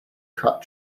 cut